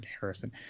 Harrison